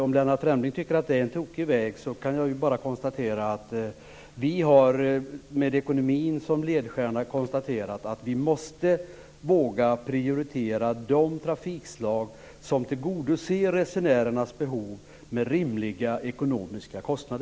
Om Lennart Fremling tycker att det är en tokig väg kan jag bara nämna att vi med ekonomin som ledstjärna har konstaterat att vi måste våga prioritera de trafikslag som tillgodoser resenärernas behov med rimliga ekonomiska kostnader.